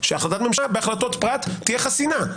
שהחלטת ממשלה בהחלטות פרט תהיה חסינה.